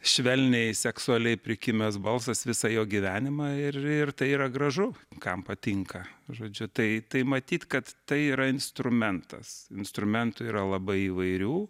švelniai seksualiai prikimęs balsas visą jo gyvenimą ir ir tai yra gražu kam patinka žodžiu tai tai matyt kad tai yra instrumentas instrumentų yra labai įvairių